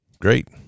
Great